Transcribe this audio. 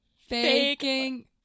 Faking